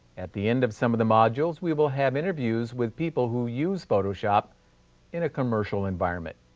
at the end of some of the modules, we will have interviews with people who use photoshop in a commercial environment.